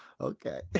Okay